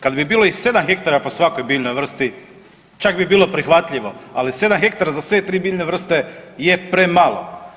Kad bi bilo i 7 hektara po svakoj biljnoj vrsti čak bi bilo prihvatljivo, ali 7 hektara za sve tri biljne vrste je premalo.